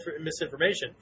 misinformation